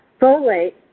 Folate